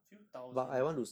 few thousand ah